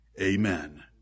amen